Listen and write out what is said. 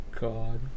God